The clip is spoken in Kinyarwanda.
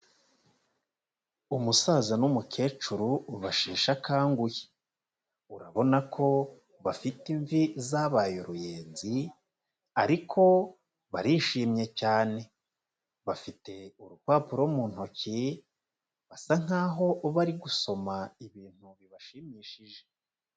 Umusaza n'umukecuru basheshe akanguhe, urabona ko bafite imvi zabaye uruyenzi ariko barishimye cyane, bafite urupapuro mu ntoki, basa nkaho bari gusoma ibintu bibashimishije.